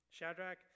Shadrach